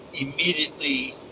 immediately